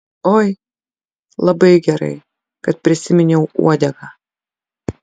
oi labai gerai kad prisiminiau uodegą